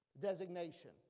designation